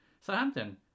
Southampton